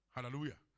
Hallelujah